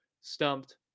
stumped